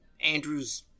Andrew's